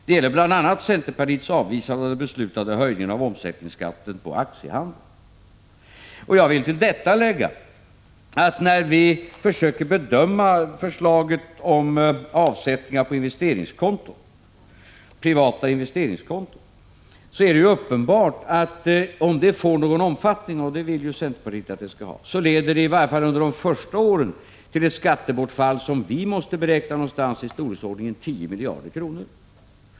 Det gäller bl.a. centerpartiets avvisande av den beslutade höjningen av omsättningsskatten på aktiehandel.” Jag vill till detta lägga, att när vi har försökt bedöma förslaget om avsättning till privata investeringskonton har vi kommit till den slutsatsen att detta system — om det får någon vidare omfattning, vilket centerpartiet vill — i varje fall under de första åren leder till ett skattebortfall som vi har beräknat kommer att bli i storleksordningen tio miljarder kronor.